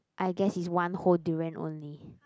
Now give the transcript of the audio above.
I guess is one whole durian only